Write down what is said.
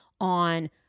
on